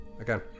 again